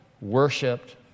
worshipped